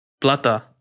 Plata